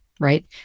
Right